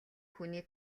хүний